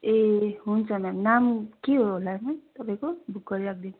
ए हुन्छ मेम नाम के हो होला मेम तपाईँको बुक गरिराखि दिन्छु